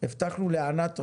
הבטחנו לענת רוזה,